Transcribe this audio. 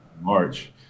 march